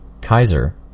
Kaiser